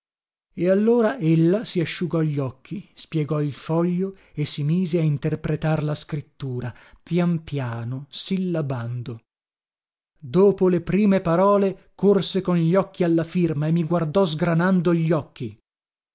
e allora ella si asciugò gli occhi spiegò il foglio e si mise a interpretar la scrittura pian piano sillabando dopo le prime parole corse con gli occhi alla firma e mi guardò sgranando gli occhi